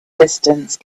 distance